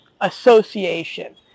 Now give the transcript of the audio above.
association